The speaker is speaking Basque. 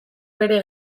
bere